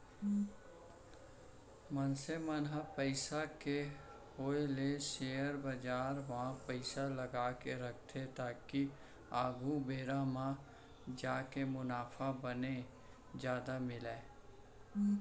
मनसे मन ह पइसा के होय ले सेयर बजार म पइसा लगाके रखथे ताकि आघु बेरा म जाके मुनाफा बने जादा मिलय